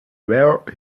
were